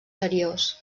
seriós